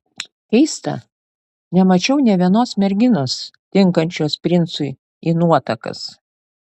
keista nemačiau nė vienos merginos tinkančios princui į nuotakas